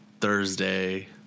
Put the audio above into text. Thursday